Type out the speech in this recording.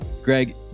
Greg